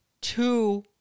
two